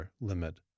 limit